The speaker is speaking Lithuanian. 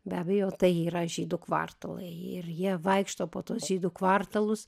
be abejo tai yra žydų kvartalai ir jie vaikšto po tuos žydų kvartalus